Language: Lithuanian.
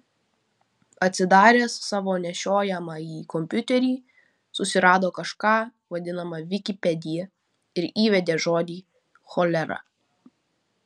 atsidaręs savo nešiojamąjį kompiuterį susirado kažką vadinamą vikipedija ir įvedė žodį cholera